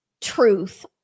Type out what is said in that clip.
truth